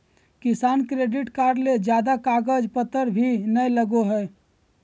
किसान credit card ले ज्यादे कागज पतर भी नय लगय हय